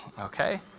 okay